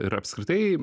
ir apskritai